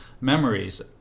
memories